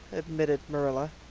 admitted marilla,